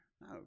No